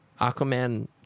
Aquaman